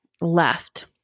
left